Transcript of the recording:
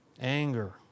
Anger